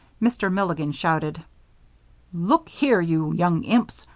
mr. milligan shouted look here, you young imps,